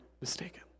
mistaken